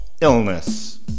illness